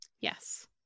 Yes